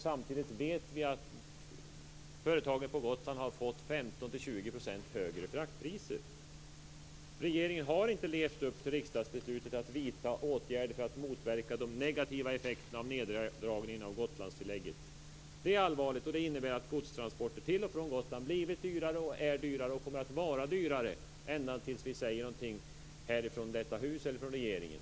Samtidigt vet vi att företagen på Gotland måste betala 15-20 % högre fraktpriser. Det är allvarligt, och det innebär att godstransporter till och från Gotland har blivit dyrare och kommer att vara dyrare ända tills det sägs någonting annat från detta hus eller från regeringen.